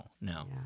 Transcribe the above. no